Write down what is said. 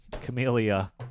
camellia